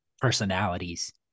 personalities